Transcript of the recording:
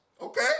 Okay